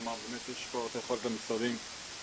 כלומר באמת יש פה העדפות במשרדים לתרגם